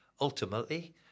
ultimately